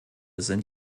sind